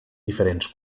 diferents